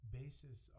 basis